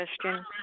question